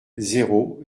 zéro